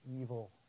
evil